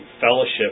fellowship